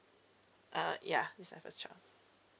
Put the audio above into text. uh ya this is my first child